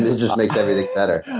and just makes everything better.